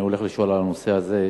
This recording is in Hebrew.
אני הולך לשאול על הנושא הזה: